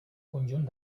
conjunt